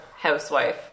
housewife